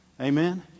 Amen